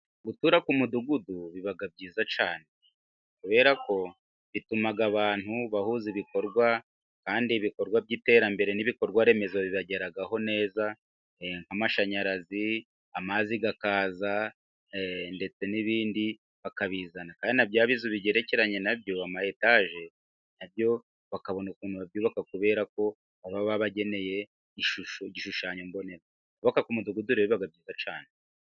Gutura k'umudugudu biba byiza cyane, kubera ko bituma abantu bahuza ibikorwa, kandi ibikorwa by'iterambere n'ibikorwaremezo bibageraho neza, nk' amashanyarazi, amazi akaza, ndetse n'ibindi bakabizana, kandi na bya bizu bigerekeranye nabyo ama etage, nabyo bakabona ukuntu babyubaka, kubera ko baba bageneye ishusho, igishushanyo mbonera. Kubaka k'umudugudu rero biba byiza cyane.